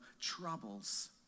troubles